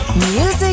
music